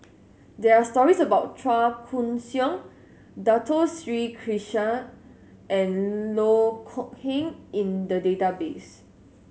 there are stories about Chua Koon Siong Dato Sri Krishna and Loh Kok Heng in the database